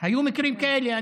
היו מקרים כאלה.